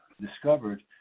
discovered